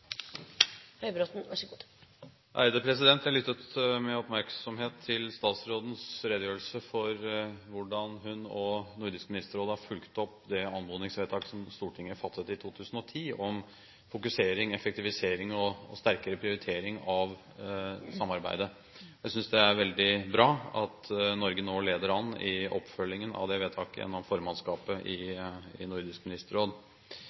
Jeg har lyttet med oppmerksomhet til statsrådens redegjørelse for hvordan hun og Nordisk Ministerråd har fulgt opp det anmodningsvedtaket som Stortinget fattet i 2010 om fokusering, effektivisering og sterkere prioritering av samarbeidet. Jeg synes det er veldig bra at Norge nå leder an i oppfølgingen av det vedtaket, gjennom formannskapet i Nordisk Ministerråd.